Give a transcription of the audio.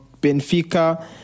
Benfica